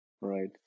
right